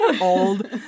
Old